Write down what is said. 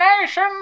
nation